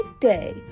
day